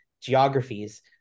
geographies